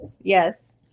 yes